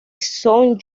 song